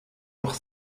doch